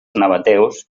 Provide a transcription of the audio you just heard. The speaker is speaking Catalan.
nabateus